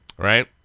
Right